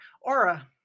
aura